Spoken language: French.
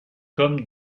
comme